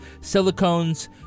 silicones